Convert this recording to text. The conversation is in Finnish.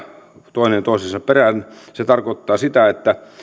toinen toisensa perään se tarkoittaa sitä että